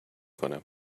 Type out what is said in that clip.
کنم